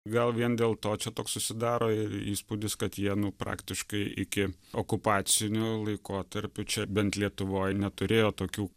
gal vien dėl to čia toks susidaro įspūdis kad jie nu praktiškai iki okupaciniu laikotarpiu čia bent lietuvoj neturėjo tokių